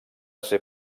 ser